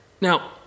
Now